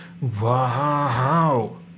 Wow